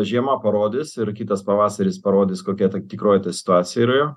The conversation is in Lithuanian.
žiema parodys ir kitas pavasaris parodys kokia ta tikroji ta situacija yra jo